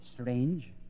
Strange